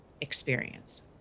experience